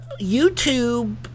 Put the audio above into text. YouTube